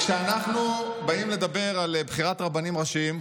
כשאנחנו באים לדבר על בחירת רבנים ראשיים,